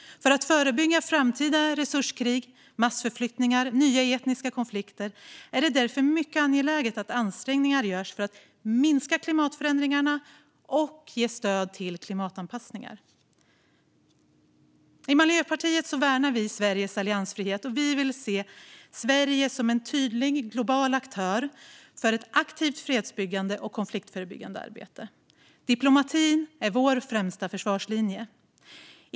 För att förebygga framtida resurskrig, massförflyttningar och nya etniska konflikter är det därför mycket angeläget att ansträngningar görs för att minska klimatförändringarna och ge stöd till klimatanpassningar. I Miljöpartiet värnar vi Sveriges alliansfrihet. Vi vill se Sverige som en tydlig, global aktör för ett aktivt fredsbyggande och konfliktförebyggande arbete. Diplomatin är vår främsta försvarslinje.